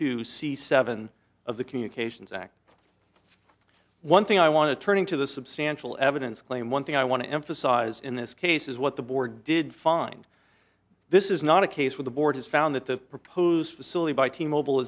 two c seven of the communications act one thing i want to turning to the substantial evidence claim one thing i want to emphasize in this case is what the board did find this is not a case where the board has found that the proposed facility by t mobile